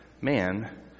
man